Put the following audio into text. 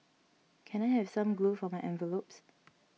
can I have some glue for my envelopes